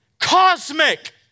cosmic